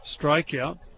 Strikeout